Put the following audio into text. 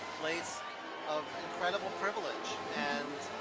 place of incredible privilege and